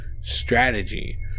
strategy